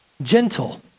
gentle